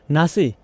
Nasi